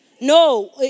No